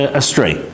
astray